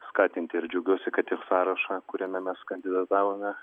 skatinti ir džiaugiuosi kad į sąrašą kuriame mes kandidatavome